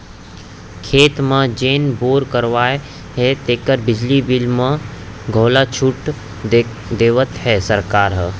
खेत म जेन बोर करवाए हे तेकर बिजली बिल म घलौ छूट देवत हे सरकार ह